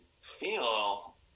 feel